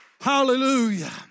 Hallelujah